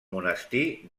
monestir